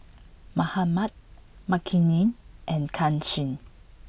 Mahatma Makineni and Kanshi